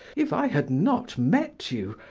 if i had not met you,